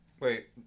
Wait